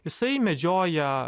jisai medžioja